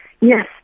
Yes